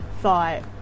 thought